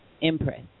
impressed